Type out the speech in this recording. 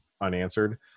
unanswered